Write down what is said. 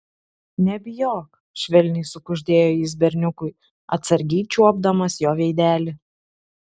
nebijok švelniai sukuždėjo jis berniukui atsargiai čiuopdamas jo veidelį